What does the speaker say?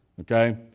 Okay